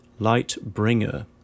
Lightbringer